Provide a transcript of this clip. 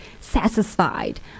satisfied